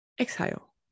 exhale